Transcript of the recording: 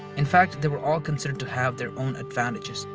in fact, they were all considered to have their own advantages.